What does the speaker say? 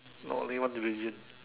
not only one religion